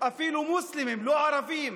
אפילו של מוסלמים, לא ערבים,